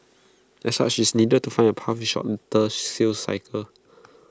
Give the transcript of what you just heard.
as such its needed to find A path with A shorter sales cycle